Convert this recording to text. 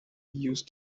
use